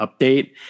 update